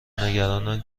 نگرانند